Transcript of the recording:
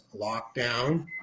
lockdown